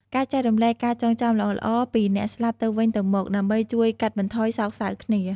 គេចែករំលែកការចងចាំល្អៗពីអ្នកស្លាប់ទៅវិញទៅមក ដើម្បីជួយកាត់បន្ថយសោកសៅគ្នា។